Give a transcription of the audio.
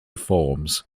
forms